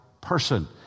person